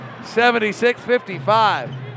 76-55